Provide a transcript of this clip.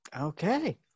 Okay